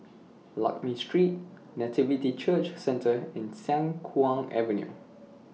Lakme Street Nativity Church Centre and Siang Kuang Avenue